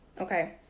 Okay